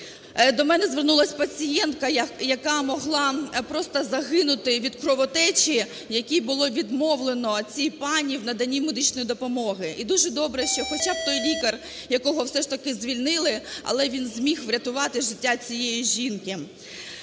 До мене звернулась пацієнтка, яка могла просто загинути від кровотечі, якій було відмовлено, цій пані, в наданні медичної допомоги. І дуже добре, що хоча б той лікар, якого все ж таки звільнили, але він зміг врятувати життя цієї жінки.